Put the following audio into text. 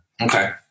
Okay